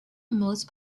most